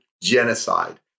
genocide